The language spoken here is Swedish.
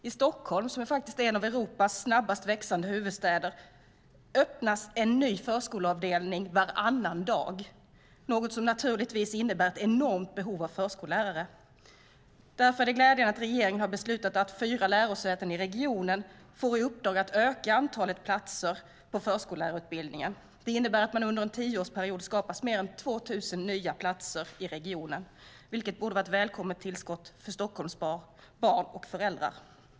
I Stockholm, som är en av Europas snabbast växande huvudstäder, öppnas en ny förskoleavdelning varannan dag, något som naturligtvis innebär ett enormt behov av förskollärare. Därför är det glädjande att regeringen har beslutat att fyra lärosäten i regionen får i uppdrag att öka antalet platser på förskollärarutbildningen. Det innebär att det under en tioårsperiod skapas mer än 2 000 nya platser i regionen, vilket borde vara ett välkommet tillskott för Stockholms barn och föräldrar.